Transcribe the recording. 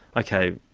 okay,